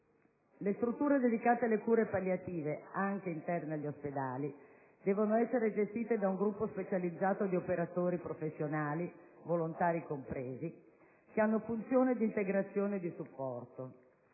Le strutture dedicate alle cure palliative, anche interne agli ospedali, devono essere gestite da un gruppo specializzato di operatori professionali, volontari compresi, che hanno funzione di integrazione e di supporto.